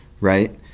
right